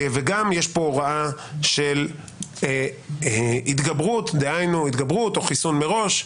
וגם יש פה הוראה של התגברות דהיינו התגברות או חיסון מראש,